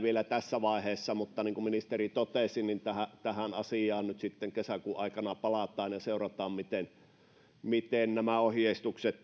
vielä tässä vaiheessa mutta niin kuin ministeri totesi tähän tähän asiaan nyt sitten kesäkuun aikana palataan ja seurataan miten miten nämä ohjeistukset